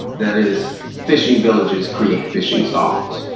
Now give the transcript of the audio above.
that is fishing villages create fishing songs.